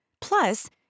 Plus